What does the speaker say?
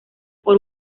por